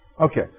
Okay